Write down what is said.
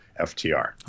FTR